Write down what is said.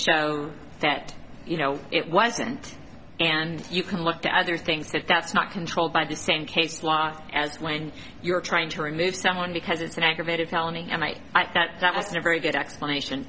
show that you know it wasn't and you can look to other things that that's not controlled by the same case last as when you're trying to remove someone because it's an aggravated felony and i thought that was a very good explanation